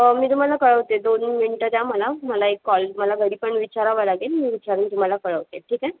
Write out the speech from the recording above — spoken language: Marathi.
मी तुम्हाला कळवते दोन मिनटं द्या मला मला एक कॉल मला घरी पण विचारावं लागेल मी विचारून तुम्हाला कळवते ठीक आहे